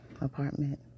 apartment